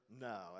no